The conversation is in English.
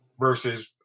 versus